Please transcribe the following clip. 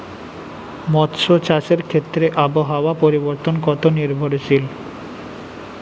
মৎস্য চাষের ক্ষেত্রে আবহাওয়া পরিবর্তন কত নির্ভরশীল?